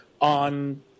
on